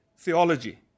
theology